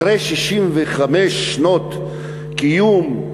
אחרי 65 שנות קיום,